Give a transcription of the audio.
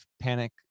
panic